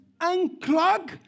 unclog